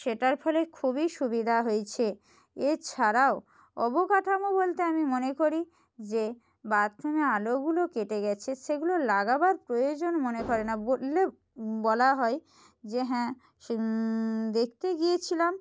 সেটার ফলে খুবই সুবিধা হয়েছে এছাড়াও অবকাঠামো বলতে আমি মনে করি যে বাথরুমে আলোগুলো কেটে গেছে সেগুলো লাগাবার প্রয়োজন মনে করে না বললে বলা হয় যে হ্যাঁ সেন্ দেখতে গিয়েছিলাম